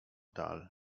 dal